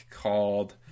called